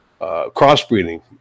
crossbreeding